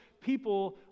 people